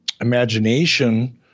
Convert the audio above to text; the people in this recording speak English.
imagination